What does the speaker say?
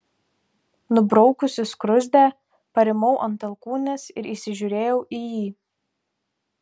nubraukusi skruzdę parimau ant alkūnės ir įsižiūrėjau į jį